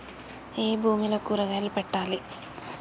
ఏ భూమిలో కూరగాయలు పెట్టాలి?